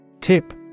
Tip